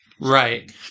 Right